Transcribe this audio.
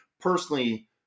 personally